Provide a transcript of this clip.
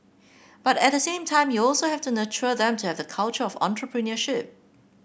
but at the same time you also have to nurture them to have the culture of entrepreneurship